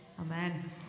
Amen